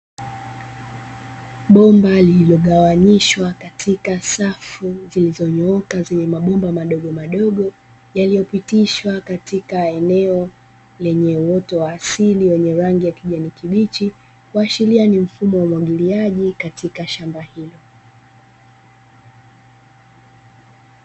Bomba lililogawanyishwa katika safu zilizonyooka, zenye mabomba madogomadogo, yaliyopitishwa katika eneo lenye uoto wa asili wenye rangi ya kijani kibichi. Kuashiria ni mfumo wa umwagiliaji katika shamba hilo.